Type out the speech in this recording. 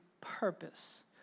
purpose